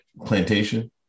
plantation